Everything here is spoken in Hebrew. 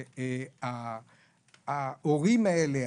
שההורים האלה,